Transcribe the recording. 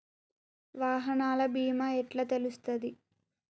వాహనాల బీమా ఎట్ల తెలుస్తది?